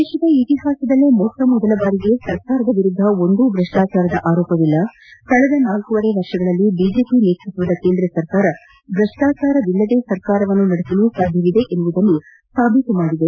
ದೇಶದ ಇತಿಹಾಸದಲ್ಲೇ ಮೊಟ್ಟ ಮೊದಲ ಬಾರಿಗೆ ಸರ್ಕಾರದ ವಿರುದ್ದ ಒಂದೂ ಭ್ರಷ್ಟಾಚಾರದ ಆರೋಪವಿಲ್ಲ ಕಳೆದ ನಾಲ್ಕೂವರೆ ವರ್ಷಗಳಲ್ಲಿ ಬಿಜೆಪಿ ನೇತೃತ್ವದ ಸರ್ಕಾರ ಭ್ರಷ್ಟಾಚಾರವಿಲ್ಲದೆ ಸರ್ಕಾರವನ್ನು ನಡೆಸಲು ಸಾಧ್ಯ ಎನ್ನುವುದನ್ನು ಸಾಬೀತುಮಾಡಿದೆ